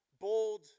bold